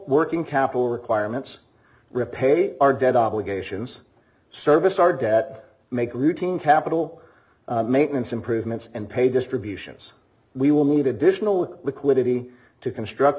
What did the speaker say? working capital requirements repair our debt obligations service our debt make routine capital maintenance improvements and pay distributions we will need additional liquidity to construct